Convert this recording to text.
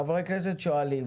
חברי הכנסת שואלים.